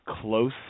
close